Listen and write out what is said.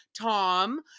Tom